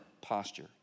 posture